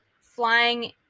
flying